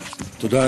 תודה,